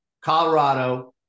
Colorado